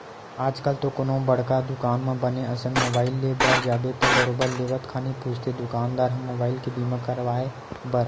आजकल तो कोनो बड़का दुकान म बने असन मुबाइल ले बर जाबे त बरोबर लेवत खानी पूछथे दुकानदार ह मुबाइल के बीमा कराय बर